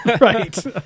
Right